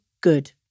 good